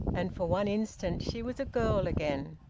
and for one instant she was a girl again.